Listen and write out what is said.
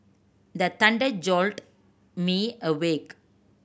the thunder jolt me awake